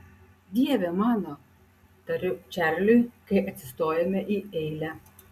dieve mano tariu čarliui kai atsistojame į eilę